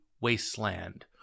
wasteland